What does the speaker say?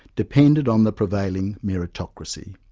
depended on the prevailing meritocracy.